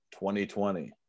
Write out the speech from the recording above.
2020